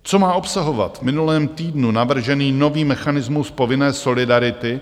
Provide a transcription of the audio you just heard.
Co má obsahovat v minulém týdnu navržený nový mechanismus povinné solidarity?